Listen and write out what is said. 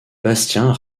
bastien